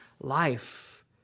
life